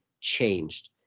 changed